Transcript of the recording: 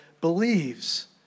believes